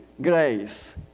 grace